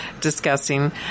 discussing